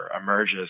emerges